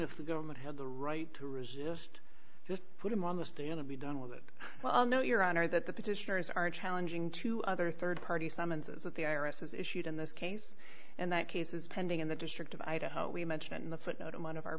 if the government had the right to resist just put him on the stand and be done with it well no your honor that the petitioners are challenging two other rd party summonses that the i r s has issued in this case and that case is pending in the district of idaho we mentioned in the footnote in one of our